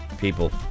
People